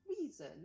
reason